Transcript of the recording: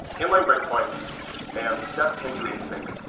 inline breakpoints and step into async.